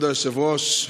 כבוד היושב-ראש,